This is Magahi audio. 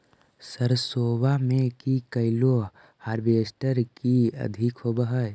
सरसोबा मे की कैलो हारबेसटर की अधिक होब है?